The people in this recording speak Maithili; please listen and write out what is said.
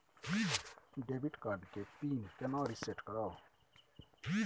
डेबिट कार्ड के पिन केना रिसेट करब?